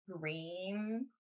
green